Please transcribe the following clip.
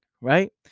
right